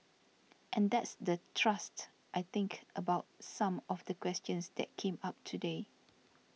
and that's the thrust I think about some of the questions that came up today